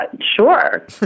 Sure